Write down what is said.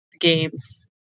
games